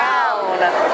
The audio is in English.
Round